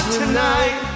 tonight